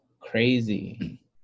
crazy